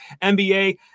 NBA